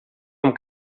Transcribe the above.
amb